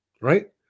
right